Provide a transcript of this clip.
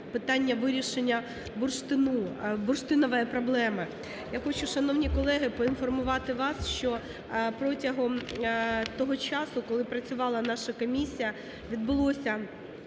питання вирішення бурштину, бурштинової проблеми. Я хочу, шановні колеги, поінформувати вас, що протягом того часу, коли працювала наша комісія, відбулося